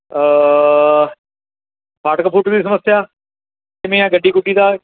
ਫਾਟਕ ਫੂਟਕ ਦੀ ਸਮੱਸਿਆ ਕਿਵੇਂ ਆ ਗੱਡੀ ਗੁੱਡੀ ਦਾ